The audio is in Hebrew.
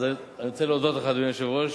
אני רוצה להודות לך, אדוני היושב-ראש,